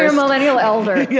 yeah millennial elder yeah